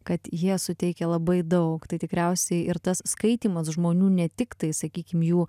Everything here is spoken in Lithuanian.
kad jie suteikia labai daug tai tikriausiai ir tas skaitymas žmonių ne tik tai sakykim jų